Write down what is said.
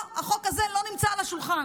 לא, החוק הזה לא נמצא על השולחן.